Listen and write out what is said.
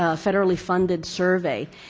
ah federally-funded survey,